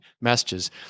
messages